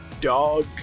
dog